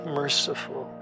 merciful